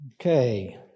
Okay